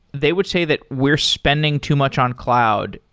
they would say that we are spending too much on cloud,